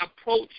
approach